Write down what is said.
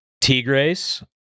Tigres